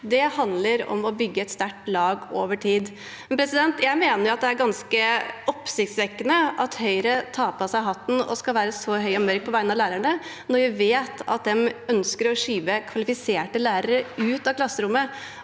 Det handler om å bygge et sterkt lag over tid. Jeg mener det er ganske oppsiktsvekkende at Høyre tar på seg hatten og skal være høy og mørk på vegne av lærerne, når vi vet at de ønsker å skyve kvalifiserte lærere ut av klasserommet.